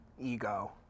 ego